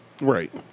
Right